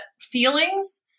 feelings